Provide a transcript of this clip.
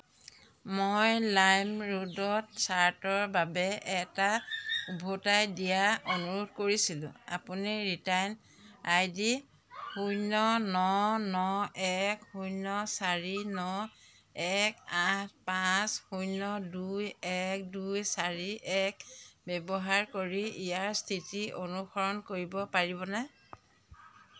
মই লাইমৰোডত শ্বাৰ্টৰ বাবে এটা উভতাই দিয়াৰ অনুৰোধ কৰিছিলোঁ আপুনি ৰিটাৰ্ণ আই ডি শূন্য ন ন এক শূন্য চাৰি ন এক আঠ পাঁচ শূন্য দুই এক দুই চাৰি এক ব্যৱহাৰ কৰি ইয়াৰ স্থিতি অনুসৰণ কৰিব পাৰিবনে